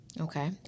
Okay